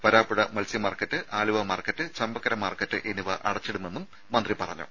വരാപ്പുഴ മത്സ്യമാർക്കറ്റ് Aluva market Champakkara market എന്നിവ അടച്ചിടുമെന്നും മന്ത്രി പറഞ്ഞു